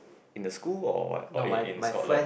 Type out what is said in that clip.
in the school or what or in in Scotland